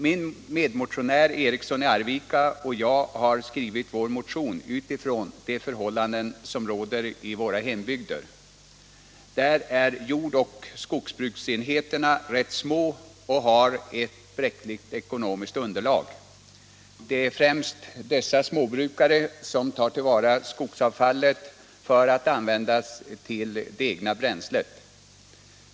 Min medmotionär herr Eriksson i Arvika och jag har skrivit vår motion utifrån de förhållanden som råder i våra hembygder. Där är jordoch skogsbruksenheterna ganska små och har ett bräckligt ekonomiskt underlag. Det är främst dessa småbrukare som tar till vara skogsavfallet för att använda det som bränsle.